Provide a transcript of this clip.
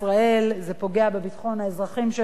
זה פוגע בביטחון האזרחים של המדינה.